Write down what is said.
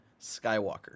Skywalker